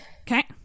okay